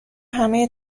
همه